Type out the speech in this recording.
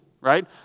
right